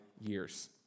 years